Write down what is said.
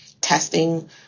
testing